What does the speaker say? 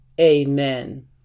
amen